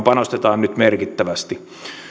panostetaan nyt merkittävästi